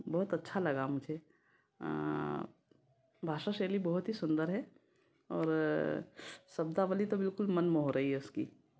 बहुत अच्छा लगा मुझे भाषा शैली बहुत ही सुंदर है और शब्दावली तो बिल्कुल मन मोह रही है उसकी